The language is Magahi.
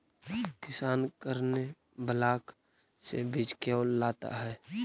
किसान करने ब्लाक से बीज क्यों लाता है?